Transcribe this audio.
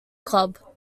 club